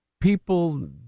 People